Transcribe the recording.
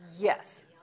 Yes